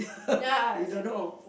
ya exactly